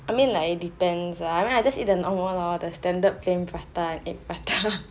I mean like depends lah I mean I just eat one lor the standard plain prata and egg prata